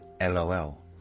LOL